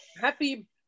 happy